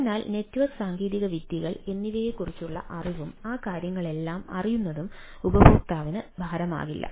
അതിനാൽ നെറ്റ്വർക്ക് സാങ്കേതികവിദ്യകൾ എന്നിവയെക്കുറിച്ചുള്ള അറിവും ആ കാര്യങ്ങളെല്ലാം അറിയുന്നതും ഉപയോക്താവിന് ഭാരമാകില്ല